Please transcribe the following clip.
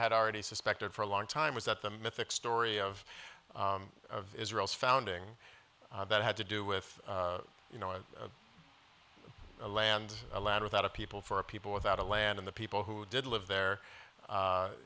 had already suspected for a long time was that the mythic story of israel's founding that had to do with you know a land a land without a people for a people without a land in the people who did live there